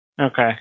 Okay